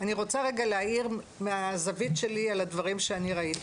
אני רוצה רגע להעיר מהזווית שלי על הדברים שאני ראיתי.